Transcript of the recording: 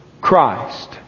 Christ